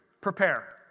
prepare